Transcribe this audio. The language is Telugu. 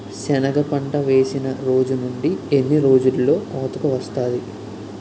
సెనగ పంట వేసిన రోజు నుండి ఎన్ని రోజుల్లో కోతకు వస్తాది?